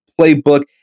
playbook